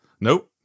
Nope